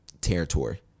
territory